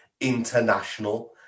international